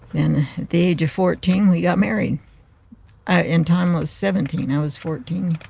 and the age of fourteen, we got married ah and tom was seventeen, i was fourteen.